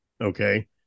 okay